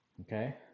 Okay